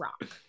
Rock